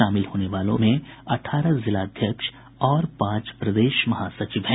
शामिल होने वाले नेताओं में अठारह जिलाध्यक्ष और पांच प्रदेश महासचिव हैं